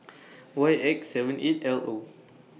Y X seven eight L O